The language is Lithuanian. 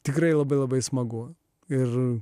tikrai labai labai smagu ir